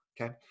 Okay